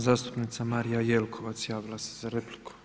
Zastupnica Marija Jelkovac javila se za repliku.